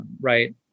right